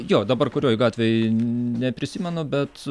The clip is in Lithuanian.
jo dabar kurioj gatvėj neprisimenu bet